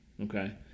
okay